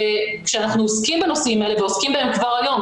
כשאנחנו עוסקים בנושאים האלה ועוסקים בהם כבר היום,